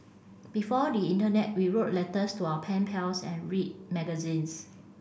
before the internet we wrote letters to our pen pals and read magazines